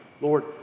Lord